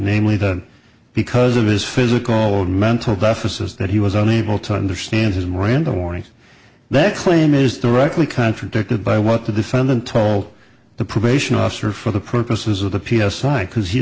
namely that because of his physical and mental deficit that he was unable to understand his miranda warnings that claim is the rockley contradicted by what the defendant told the probation officer for the purposes of the p s i i because he